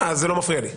זה לא מפריע לי.